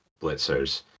Blitzers